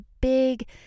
big